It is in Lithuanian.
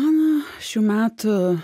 mano šių metų